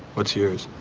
what's yours?